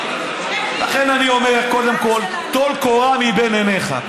לכן אני אומר, קודם כול, טול קורה מבין עיניך.